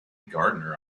gardener